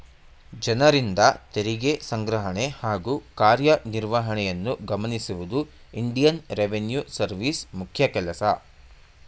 ಜನರಿಂದ ತೆರಿಗೆ ಸಂಗ್ರಹಣೆ ಹಾಗೂ ಕಾರ್ಯನಿರ್ವಹಣೆಯನ್ನು ಗಮನಿಸುವುದು ಇಂಡಿಯನ್ ರೆವಿನ್ಯೂ ಸರ್ವಿಸ್ ಮುಖ್ಯ ಕೆಲಸ